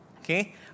okay